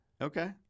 Okay